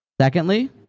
Secondly